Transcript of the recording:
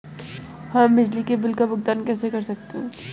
हम बिजली के बिल का भुगतान कैसे कर सकते हैं?